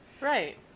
Right